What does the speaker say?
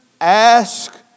ask